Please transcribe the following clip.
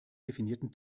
definierten